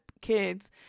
kids